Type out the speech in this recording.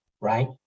right